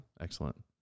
Excellent